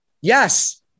Yes